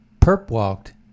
perp-walked